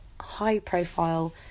high-profile